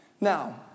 Now